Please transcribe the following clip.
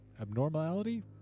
abnormality